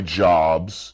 jobs